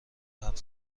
هفت